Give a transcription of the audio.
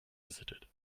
visited